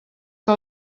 que